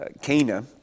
Cana